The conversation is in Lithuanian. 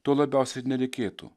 to labiausiai ir nereikėtų